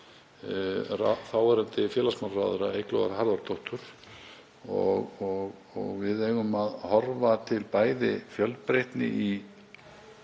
þáverandi félagsmálaráðherra, Eyglóar Harðardóttur. Við eigum að horfa til bæði fjölbreytni í